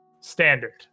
standard